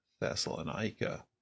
Thessalonica